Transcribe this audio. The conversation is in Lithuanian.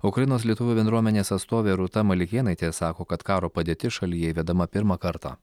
ukrainos lietuvių bendruomenės atstovė rūta malikėnaitė sako kad karo padėtis šalyje įvedama pirmą kartą